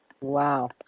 Wow